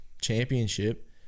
championship